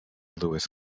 lewis